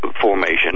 formation